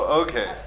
okay